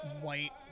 white